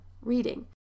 reading